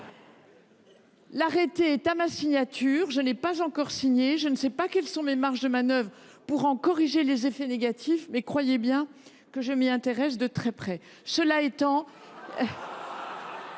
L’arrêté est à ma signature. Je ne l’ai pas encore signé. Je ne sais pas quelles sont mes marges de manœuvre pour corriger les effets négatifs, mais croyez bien que je m’y intéresse de très près. Cela étant,